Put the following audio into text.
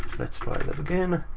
that sort of again.